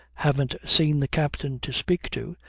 haven't seen the captain, to speak to,